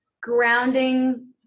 grounding